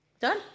Done